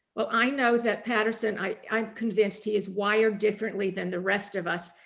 but i know that patterson, i'm convinced he's wired differently than the rest of us.